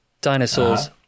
dinosaurs